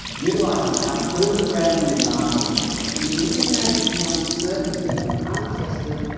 utilizing our proven branding and marketing eliminates the uncertainty of untested,